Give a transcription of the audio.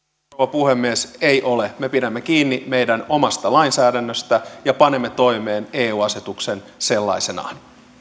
puhemies ei ole me pidämme kiinni meidän omasta lainsäädännöstä ja panemme toimeen eu asetuksen sellaisenaan